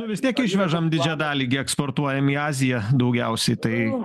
nu vis tiek išvežam didžiąją dalį gi eksportuojam į aziją daugiausiai tai